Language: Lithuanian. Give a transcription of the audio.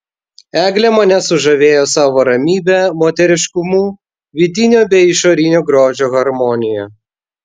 eglė mane sužavėjo savo ramybe moteriškumu vidinio bei išorinio grožio harmonija